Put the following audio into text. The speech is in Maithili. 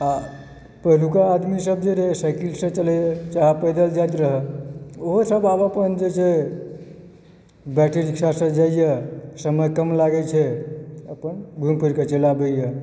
आ पहिलुका आदमी सब जे रहय से साइकलसंँ चले रहए चाहे पैदल जाति रहए ओहोसंँ आब अपन जे बैट्री रिक्शासँ जाइए समय कम लागए छै अपन घुरि फिर कऽ चलि आबैए